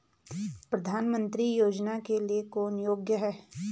प्रधानमंत्री योजना के लिए कौन योग्य है?